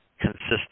consistent